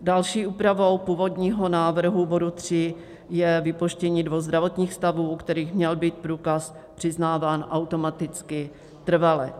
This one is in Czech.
Další úpravou původního návrhu bodu 3 je vypuštění dvou zdravotních stavů, u kterých měl být průkaz přiznávám automaticky trvale.